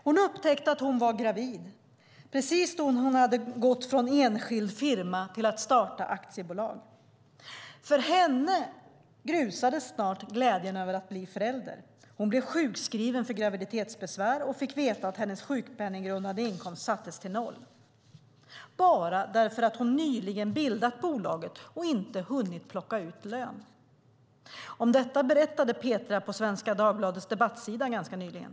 Hon upptäckte att hon var gravid precis när hon gått från att ha enskild firma till att starta aktiebolag. För henne grusades snart glädjen över att bli förälder: Hon blev sjukskriven för graviditetsbesvär och fick veta att hennes sjukpenninggrundande inkomst sattes till noll - bara för att hon nyligen bildat bolaget och inte hunnit plocka ut lön. Om detta berättade Petra på Svenska Dagbladets debattsida ganska nyligen.